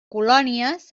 colònies